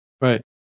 right